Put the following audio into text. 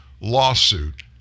lawsuit